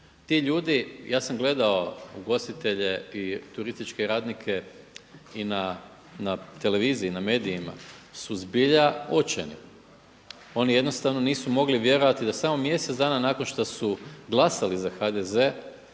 Ti ljudi, ja sam gledao ugostitelje i turističke radnike i na televiziji, i na medijima su zbilja očajni, oni jednostavno nisu mogli vjerovati da samo mjesec dana nakon što su glasali za HDZ,